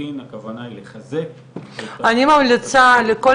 לחלוטין הכוונה היא לחזק את ה --- אני ממליצה לכל